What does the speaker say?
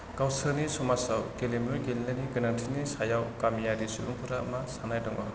गावसोरनि समाजाव गेलेमु गेलेनायनि गोनांथिनि सायाव गामियारि सुबुंफोरा मा साननाय दङ